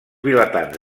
vilatans